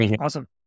Awesome